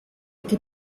che